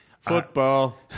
Football